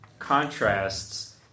contrasts